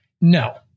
no